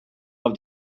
off